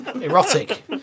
erotic